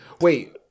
Wait